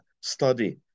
study